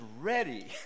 ready